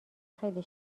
خیلی